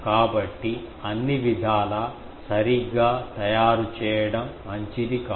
కాబట్టి అన్ని విధాలా సరిగ్గా తయారు చేయడం మంచిది కాదు